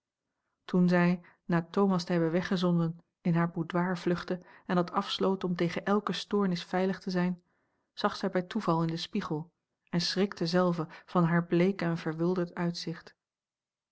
toen zij na thomas te hebben weggezonden in haar boudoir vluchtte en dat afsloot om tegen elke stoornis veilig te zijn zag zij bij toeval in den spiegel en schrikte zelve van haar bleek en verwilderd uitzicht